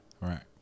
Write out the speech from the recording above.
Right